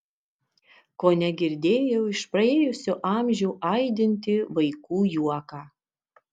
kone girdėjau iš praėjusių amžių aidintį vaikų juoką